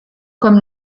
comme